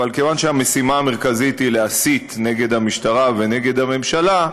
אבל כיוון שהמשימה המרכזית היא להסית נגד המשטרה ונגד הממשלה,